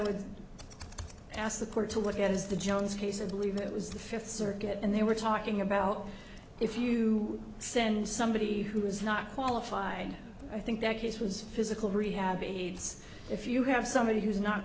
would ask the court to look at is the jones case and believe it was the fifth circuit and they were talking about if you send somebody who was not qualified i think that case was physical rehab aids if you have somebody who is not